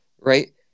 right